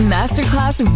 Masterclass